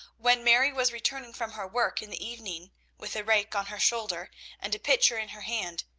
when mary was returning from her work in the evening with a rake on her shoulder and a pitcher in her hand,